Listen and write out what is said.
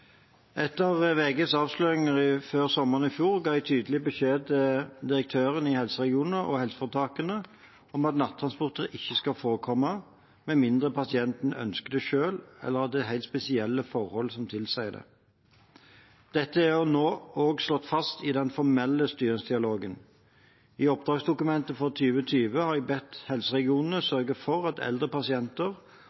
Etter VGs avsløringer før sommeren i fjor ga jeg tydelig beskjed til direktørene i helseregionene og helseforetakene om at nattransporter ikke skal forekomme med mindre pasienten ønsker det selv, eller det er helt spesielle forhold som tilsier det. Dette er nå også slått fast i den formelle styringsdialogen. I oppdragsdokumentet for 2020 har jeg bedt helseregionene